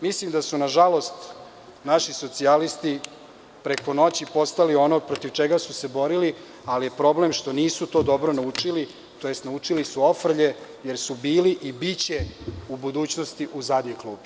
Mislim da su, nažalost, naši socijalisti preko noći postali ono protiv čega su se borili, ali je problem što to nisu dobro nauči, tj. naučili su ofrlje, jer su bili i biće u budućnosti u zadnjoj klupi.